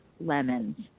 lemons